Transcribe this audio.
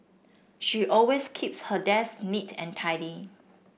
she always keeps her desk neat and tidy